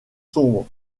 sombres